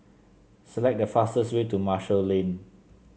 select the fastest way to Marshall Lane